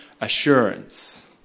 Assurance